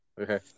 Okay